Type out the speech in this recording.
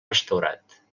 restaurat